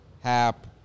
Hap